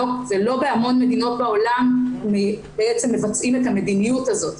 לא בהמון מדינות בעולם מבצעים את המדיניות הזאת.